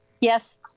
Yes